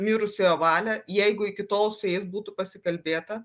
mirusiojo valią jeigu iki tol su jais būtų pasikalbėta